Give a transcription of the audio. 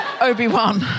Obi-Wan